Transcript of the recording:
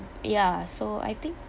ya so I think